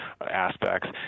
aspects